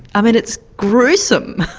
i mean, it's gruesome.